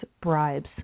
bribes